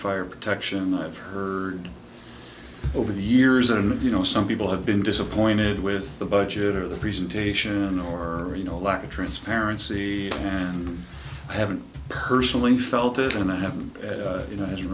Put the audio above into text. fire protection and i've heard over the years and you know some people have been disappointed with the budget or the presentation or you know lack of transparency and i haven't personally felt it and i have you know